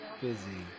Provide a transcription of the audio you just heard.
busy